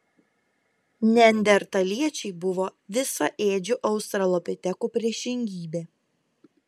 neandertaliečiai buvo visaėdžių australopitekų priešingybė